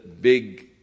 big